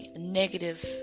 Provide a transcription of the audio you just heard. negative